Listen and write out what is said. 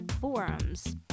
forums